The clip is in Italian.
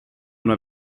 una